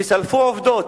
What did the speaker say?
תסלפו עובדות,